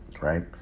right